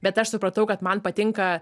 bet aš supratau kad man patinka